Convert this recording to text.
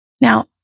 Now